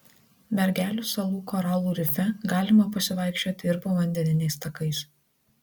mergelių salų koralų rife galima pasivaikščioti ir povandeniniais takais